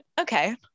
Okay